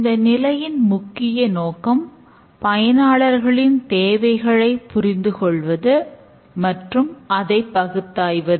இந்த நிலையின் முக்கிய நோக்கம் பயனாளர்களின் தேவைகளை புரிந்து கொள்வது மற்றும் அதை பகுத்தாய்வது